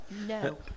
No